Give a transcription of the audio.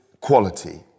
quality